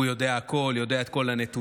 הוא יודע הכול, יודע את כל הנתונים.